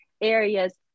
areas